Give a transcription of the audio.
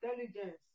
intelligence